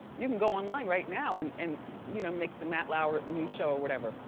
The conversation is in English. you can go online right now and and you know make the matt lauer news show or whatever.